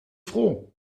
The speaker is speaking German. froh